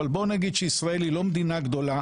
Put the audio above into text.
ובוא נגיד שישראל היא לא מדינה כזאת גדולה,